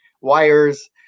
wires